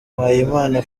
mpayimana